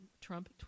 Trump